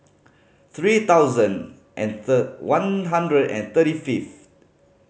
three thousand and third one hundred and thirty fifth